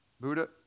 Buddha